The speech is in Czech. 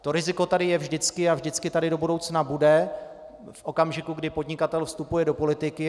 To riziko tady je vždycky a vždycky tady do budoucna v okamžiku, kdy podnikatel vstupuje do politiky, bude.